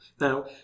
now